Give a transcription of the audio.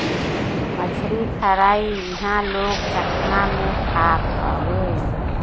मछरी फ्राई इहां लोग चखना में खात हवे